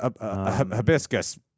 Hibiscus